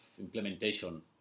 implementation